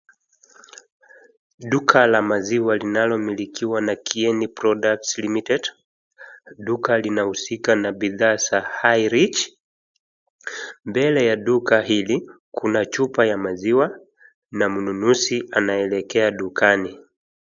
Duka la maziwa linalomilikiwa na KIENI PRODUCTS LTD,duka linahusika na bidhaa za Highridge, mbele ya duka hili, kuna chupa ya maziwa na mnunuzi anaelekea dukani.